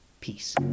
peace